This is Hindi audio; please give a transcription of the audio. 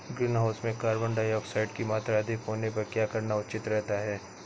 ग्रीनहाउस में कार्बन डाईऑक्साइड की मात्रा अधिक होने पर क्या करना उचित रहता है?